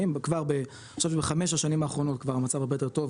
וכבר בחמש השנים האחרונות כבר המצב הרבה יותר טוב,